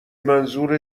منظور